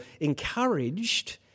encouraged